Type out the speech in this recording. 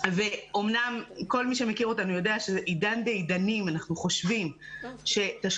אומנם כל מי שמכיר אותנו יודע שעידן ועידנים אנחנו חושבים שתשלומי